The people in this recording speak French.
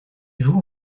joue